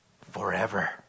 Forever